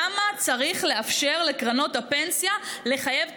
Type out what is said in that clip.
למה צריך לאפשר לקרנות הפנסיה לחייב את